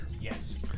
Yes